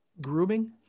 grooming